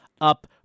up